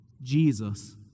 Jesus